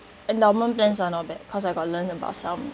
endowment plans are not bad cause I got learn about some